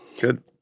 Good